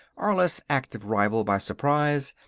or less active, rival by surprise,